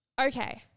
Okay